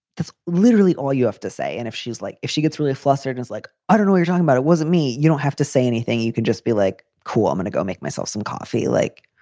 that's literally all you have to say. and if she's like if she gets really flustered, it's like, i ah don't know we're talking about. it wasn't me. you don't have to say anything. you can just be like, cool, i'm going and to go make myself some coffee. like,